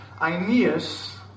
Aeneas